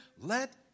let